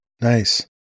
Nice